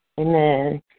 Amen